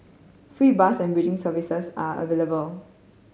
free bus and bridging services are available